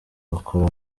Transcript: bakora